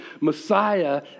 Messiah